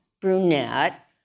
brunette